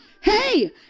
Hey